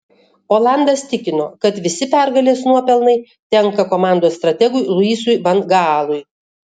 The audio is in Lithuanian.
olandas tikino kad visi pergalės nuopelnai tenka komandos strategui luisui van gaalui